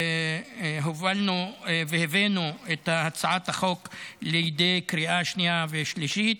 הובלנו והבאנו את הצעת החוק לכדי קריאה שנייה ושלישית.